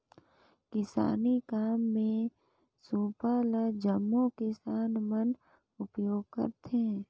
किसानी काम मे सूपा ल जम्मो किसान मन उपियोग करथे